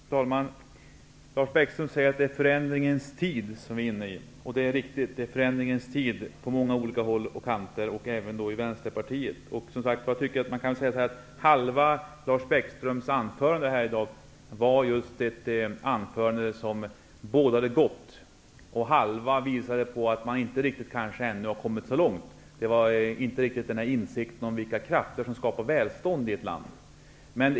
Fru talman! Lars Bäckström talar om förändringarnas tid. Det är riktigt, och det gäller på många håll och kanter -- även i Vänsterpartiet. Jag skulle vilja säga att hälften av Lars Bäckströms huvudanförande här i dag bådade gott. Resten visade på att man kanske inte har kommit så långt än så länge. Det fanns ingen riktig insikt om de krafter som skapar välstånd i ett land.